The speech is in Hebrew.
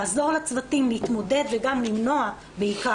לעזור לצוותים להתמודד וגם למנוע בעיקר